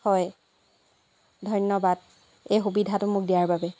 হয় ধন্যবাদ এই সুবিধাটো মোক দিয়াৰ বাবে